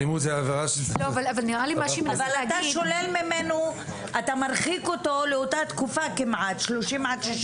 אתה שולל ממנו ואתה מרחיק אותו לאותה תקופה של 30 עד 60 יום.